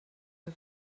the